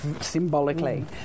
symbolically